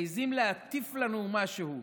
מעיזים להטיף לנו משהו?